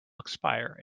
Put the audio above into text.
expire